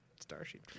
Starship